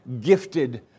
gifted